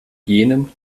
jenem